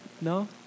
no